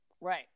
Right